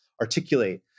articulate